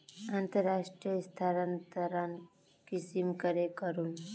अंतर्राष्टीय स्थानंतरण कुंसम करे करूम?